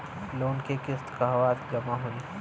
Loan के किस्त कहवा जामा होयी?